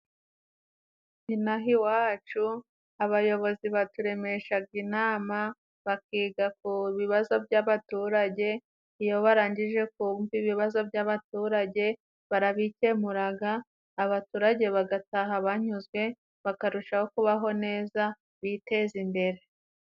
Inaha iwacu abayobozi baturemeshaga inama bakiga kubazo by'abaturage. Iyo barangije kumva ibibazo by'abaturage barabikemuraga, abaturage bagataha banyuzwe bakarushaho kubaho neza biteza imbere.